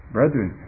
Brethren